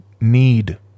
need